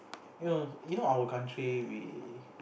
you know you know our country we